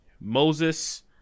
Moses